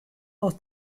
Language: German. aus